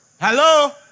Hello